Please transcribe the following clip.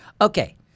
Okay